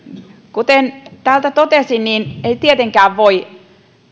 kuten täältä totesin ei tietenkään voi